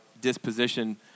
disposition